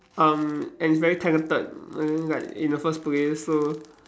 um and is very talented like in the first place so